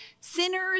Sinners